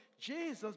Jesus